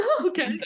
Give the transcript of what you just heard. okay